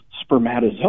Spermatozoa